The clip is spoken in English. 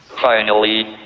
finally,